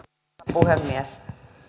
puhemies